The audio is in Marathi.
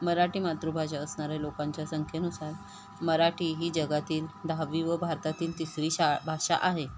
मराठी मातृभाषा असणाऱ्या लोकांच्या संख्येनुसार मराठी ही जगातील दहावी व भारतातील तिसरी शा भाषा आहे